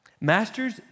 Masters